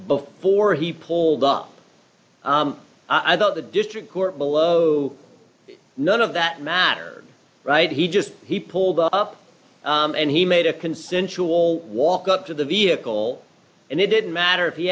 before he pulled up i thought the district court below none of that matter right he just he pulled up and he made a consensual walk up to the vehicle and it didn't matter if